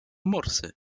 morsy